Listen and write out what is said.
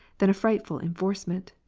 than a frightful enforcement.